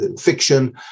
fiction